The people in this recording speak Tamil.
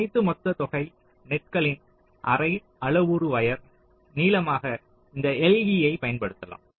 அனைத்து மொத்த தொகை நெட்களின் அரை அளவுரு வயர் நீளமாக இந்த Le யை பயன்படுத்தலாம்